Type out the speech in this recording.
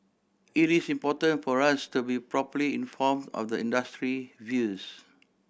it is important for us to be properly informed of the industry views